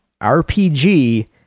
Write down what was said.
RPG